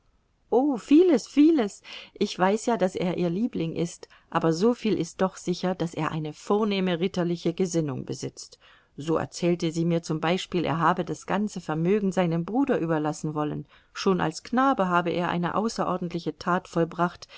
vieles vieles ich weiß ja daß er ihr liebling ist aber so viel ist doch sicher daß er eine vornehme ritterliche gesinnung besitzt so erzählte sie mir zum beispiel er habe das ganze vermögen seinem bruder überlassen wollen schon als knabe habe er eine außerordentliche tat vollbracht